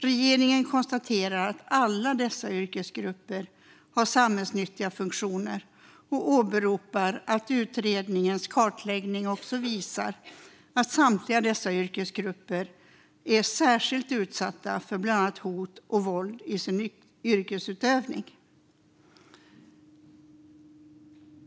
Regeringen konstaterar att alla dessa yrkesgrupper har samhällsnyttiga funktioner och åberopar att utredningens kartläggning också visar att samtliga dessa yrkesgrupper är särskilt utsatta för bland annat hot och våld i sin yrkesutövning.